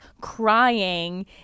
crying